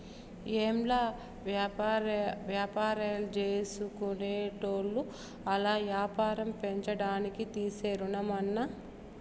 ఏంలా, వ్యాపారాల్జేసుకునేటోళ్లు ఆల్ల యాపారం పెంచేదానికి తీసే రుణమన్నా